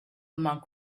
monk